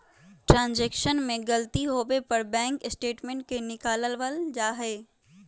transaction में गलती होवे पर बैंक स्टेटमेंट के निकलवावल जा हई